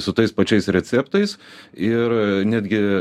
su tais pačiais receptais ir netgi